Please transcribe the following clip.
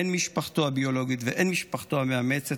הן משפחתו הביולוגית והן משפחתו המאמצת